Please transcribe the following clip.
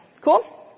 Cool